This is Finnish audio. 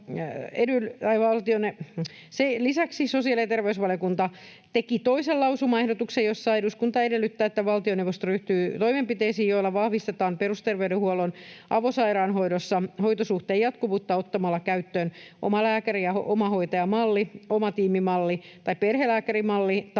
Lisäksi sosiaali- ja terveysvaliokunta teki toisen lausumaehdotuksen, jossa eduskunta edellyttää, että valtioneuvosto ryhtyy toimenpiteisiin, joilla vahvistetaan perusterveydenhuollon avosairaanhoidossa hoitosuhteen jatkuvuutta ottamalla käyttöön omalääkäri‑ ja omahoitajamalli, omatiimimalli tai perhelääkärimalli